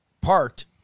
parked